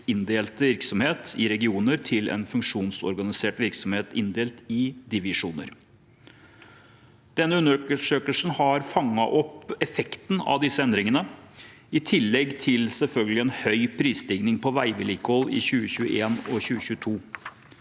inndelt virksomhet i regioner til en funksjonsorganisert virksomhet inndelt i divisjoner. Undersøkelsen har fanget opp effekten av disse endringene, i tillegg til en høy prisstigning på veivedlikehold i 2021 og 2022.